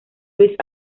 luis